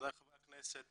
מכובדיי חברי הכנסת,